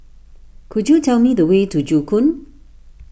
could you tell me the way to Joo Koon